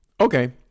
Okay